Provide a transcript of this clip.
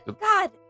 God